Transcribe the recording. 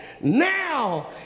now